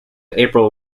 april